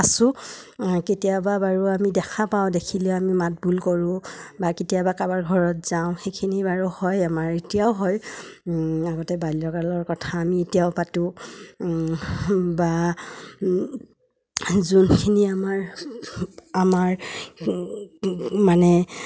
আছোঁ কেতিয়াবা বাৰু আমি দেখা পাওঁ দেখিলে আমি মাত বোল কৰোঁ বা কেতিয়াবা কাবাৰ ঘৰত যাওঁ সেইখিনি বাৰু হয় আমাৰ এতিয়াও হয় আগতে বাল্যকালৰ কথা আমি এতিয়াও পাতোঁ বা যোনখিনি আমাৰ আমাৰ মানে